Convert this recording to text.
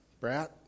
brat